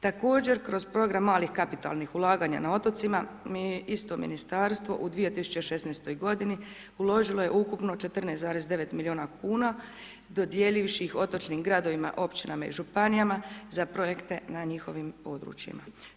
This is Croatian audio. Također kroz program malih kapitalnih ulaganja na otocima, isto ministarstvo u 2016. godini uložilo je ukupno 14,9 milijuna kuna dodijelivši iz otočnim gradovima, općinama i županijama za projekte na njihovim područjima.